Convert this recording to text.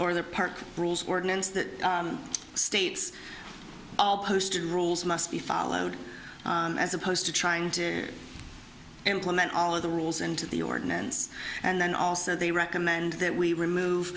or the park rules ordinance that states all posted rules must be followed as opposed to trying to implement all of the rules into the ordinance and then also they recommend that we remove